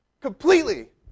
Completely